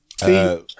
see